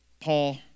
Paul